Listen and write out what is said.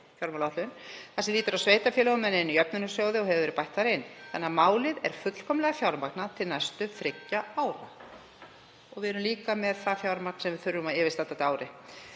Það sem lýtur að sveitarfélögunum er inni í jöfnunarsjóði og hefur verið bætt þar inn. Þannig að málið er fullkomlega fjármagnað til næstu þriggja ára. Við erum líka með það fjármagn sem við þurfum á yfirstandandi ári